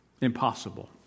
Impossible